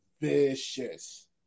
vicious